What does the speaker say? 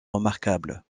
remarquable